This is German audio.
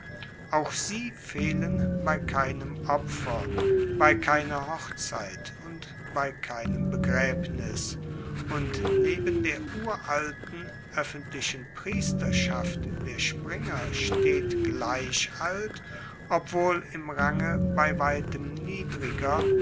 auch sie fehlen bei keinem opfer bei keiner hochzeit und bei keinem begraebnis und neben der uralten oeffentlichen priesterschaft der springer steht gleich alt obwohl im range bei weitem niedriger